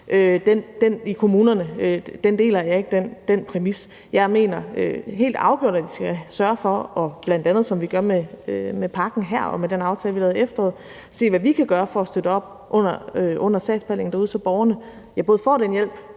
det, de har ret til, deler jeg ikke. Jeg mener helt afgjort, at vi skal sørge for – bl.a. som vi gør med pakken her og med den aftale, vi lavede i efteråret – at se, hvad vi kan gøre for at understøtte sagsbehandlingen derude, så borgerne både får den hjælp,